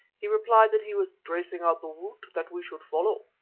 he replied that he was tracing out the route that we should follow.